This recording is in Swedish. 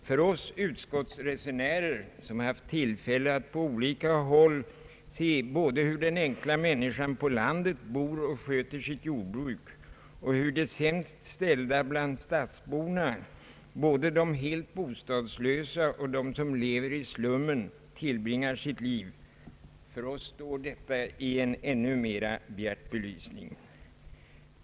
För oss utskottsresenärer, som haft tillfälle att på olika håll se både hur den enkla människan på landet bor och sköter sitt jordbruk och hur de sämst ställda bland stadsborna, både de helt bostadslösa och de som lever i slummen, tillbringar sitt liv, står detta i en ännu mera bjärt belysning.